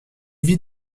vie